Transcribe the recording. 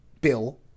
bill